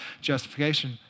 justification